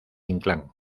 inclán